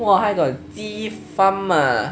!wah! 还 got 鸡 farm ah